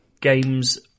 games